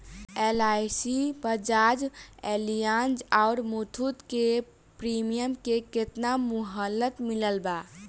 LIC Bajaj Allianz आउर मुथूट के premium के केतना मुहलत मिलल बा?